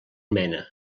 mena